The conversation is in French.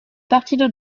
partido